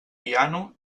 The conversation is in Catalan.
piano